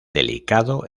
delicado